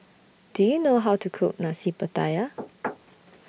Do YOU know How to Cook Nasi Pattaya